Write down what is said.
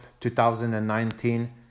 2019